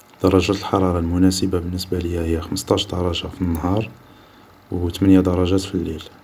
درجات الحرارة المناسبة ليا هي خمسطاش درجة في النهار و تمني درجات في الليل